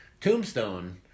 Tombstone